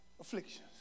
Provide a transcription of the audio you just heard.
Afflictions